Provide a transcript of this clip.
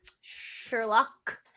Sherlock